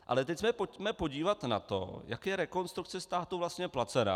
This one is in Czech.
Ale teď se pojďme podívat na to, jak je Rekonstrukce státu vlastně placená.